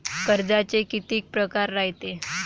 कर्जाचे कितीक परकार रायते?